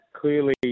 clearly